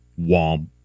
womp